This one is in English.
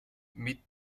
meet